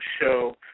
Show